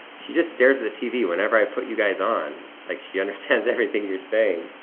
she just stares at the tv whenever i put you guys on like she understands everything you're saying.